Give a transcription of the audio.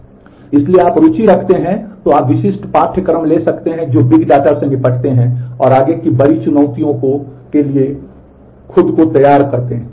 इसलिए यदि आप रुचि रखते हैं तो आप विशिष्ट पाठ्यक्रम ले सकते हैं जो बिग डेटा से निपटते हैं और आगे की बड़ी चुनौतियों के लिए खुद को तैयार करते हैं